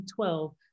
2012